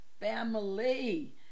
family